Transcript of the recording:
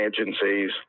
agencies